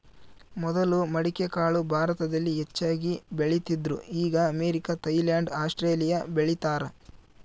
ಮೊದಲು ಮಡಿಕೆಕಾಳು ಭಾರತದಲ್ಲಿ ಹೆಚ್ಚಾಗಿ ಬೆಳೀತಿದ್ರು ಈಗ ಅಮೇರಿಕ, ಥೈಲ್ಯಾಂಡ್ ಆಸ್ಟ್ರೇಲಿಯಾ ಬೆಳೀತಾರ